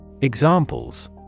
Examples